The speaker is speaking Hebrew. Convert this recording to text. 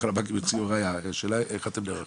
על הבנקים --- השאלה היא איך אתם נערכים?